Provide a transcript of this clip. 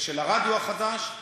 ושל הרדיו החדש,